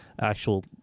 actual